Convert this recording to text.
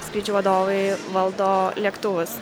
skrydžių vadovai valdo lėktuvus